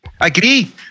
Agree